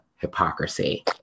hypocrisy